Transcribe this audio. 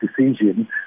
decision